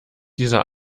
dieser